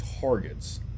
targets